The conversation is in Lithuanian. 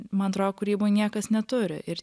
man atro kūryboj niekas neturi ir